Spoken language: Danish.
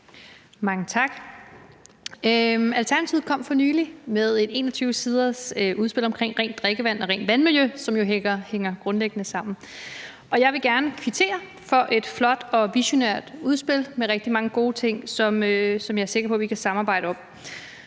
Mange tak. Alternativet kom for nylig med 21 siders udspil om rent drikkevand og rent vandmiljø, som jo hænger grundlæggende sammen. Jeg vil gerne kvittere for et flot og visionært udspil med rigtig mange gode ting, som jeg er sikker på at vi kan samarbejde om.